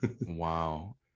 Wow